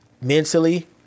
mentally